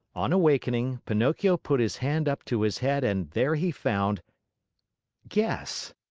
on awakening, pinocchio put his hand up to his head and there he found guess!